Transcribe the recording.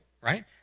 right